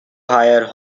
hire